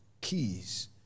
Keys